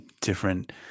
different –